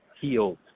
healed